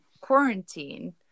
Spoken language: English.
quarantine